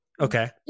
Okay